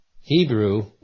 Hebrew